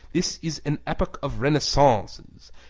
this is an epoch of renaissances,